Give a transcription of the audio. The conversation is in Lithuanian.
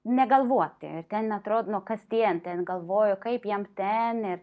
negalvoti ir ten atro nu kasdien galvoju kaip jam ten ir